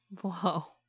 Whoa